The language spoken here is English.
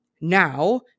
now